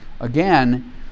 again